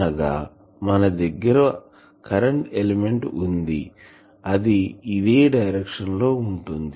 అనగా మన దగ్గర కరెంటు ఎలిమెంట్ వుంది అది ఇదే డైరెక్షన్ లో ఉంటుంది